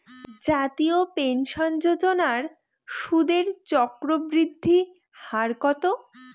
জাতীয় পেনশন যোজনার সুদের চক্রবৃদ্ধি হার কত?